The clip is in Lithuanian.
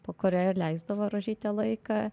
po kuria ir leisdavo rožytė laiką